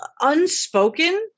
unspoken